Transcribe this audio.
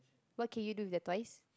what can you do with the toys